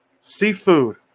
seafood